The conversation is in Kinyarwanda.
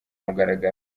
mugaragaro